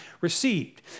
received